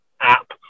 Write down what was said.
app